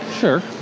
Sure